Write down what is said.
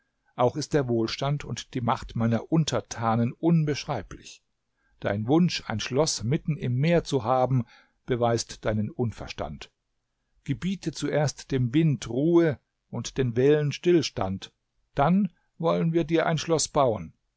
auch ist der wohlstand und die macht meiner untertanen unbeschreiblich dein wunsch ein schloß mitten im meer zu haben beweist deinen unverstand gebiete zuerst dem wind ruhe und den wellen stillstand dann wollen wir dir ein schloß bauen